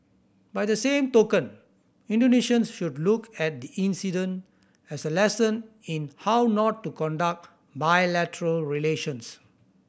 by the same token Indonesians should look at the incident as a lesson in how not to conduct bilateral relations